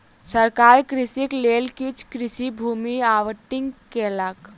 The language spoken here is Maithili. सरकार कृषकक लेल किछ कृषि भूमि आवंटित केलक